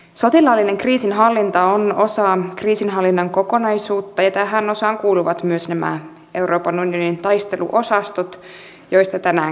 sotilaallinen kriisinhallinta on osa kriisinhallinnan kokonaisuutta ja tähän osaan kuuluvat myös nämä euroopan unionin taisteluosastot joista tänään keskustelemme